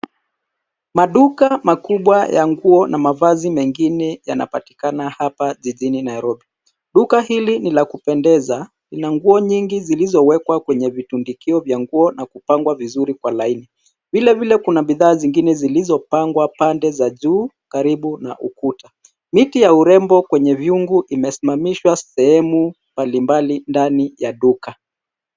Maduka makubwa ya nguo na mavazi mengine yanapatikana hapa jijini Nairobi. Duka hili ni la kupendeza na ina nguo nyingi zilizowekwa kwenye vitundikio na vya nguo na kupangwa vizuri kwa laini. Vile vile kuna bidhaa zingine zilizopangwa pande za juu karibu na ukuta. Miti ya urembo kwenye viungu imesimamishwa sehemu mbalimbali ndani ya duka.